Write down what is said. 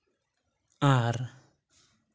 ᱟᱨ